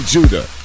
Judah